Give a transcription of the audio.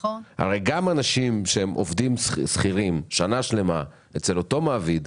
גם אנשים שהם עובדים שכירים במשך שנה שלמה אצל אותו מעביד,